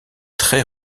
très